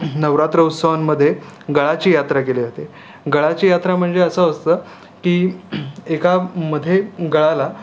नवरात्र उत्सवांमध्ये गळाची यात्रा केली जाते गळाची यात्रा म्हणजे असं असतं की एका मध्ये गळाला